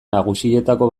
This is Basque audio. nagusietako